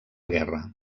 guerra